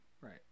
Right